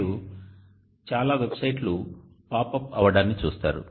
మీరు చాలా వెబ్సైట్లు పాపప్ అవ్వడాన్ని చూస్తారు